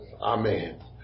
Amen